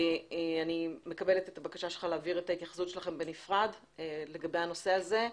אני מקבלת את הבקשה שלך להעביר את ההתייחסות שלכם בנפרד לגבי הנושא הזה.